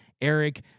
Eric